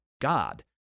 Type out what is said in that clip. God